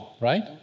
right